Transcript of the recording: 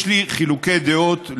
יש לי חילוקי דעות,